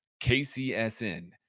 KCSN